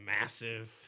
massive